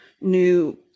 new